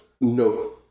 No